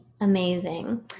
Amazing